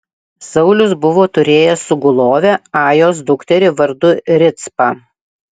saulius buvo turėjęs sugulovę ajos dukterį vardu ricpą